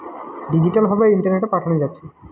digital ভাবে ইন্টারনেটে পাঠানা যাচ্ছে